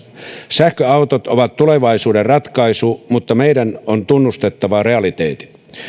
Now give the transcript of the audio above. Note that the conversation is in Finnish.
sähköautot ovat tulevaisuuden ratkaisu mutta meidän on tunnustettava realiteetit